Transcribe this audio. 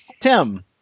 tim